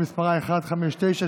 שמספרה 159,